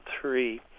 three